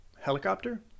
Helicopter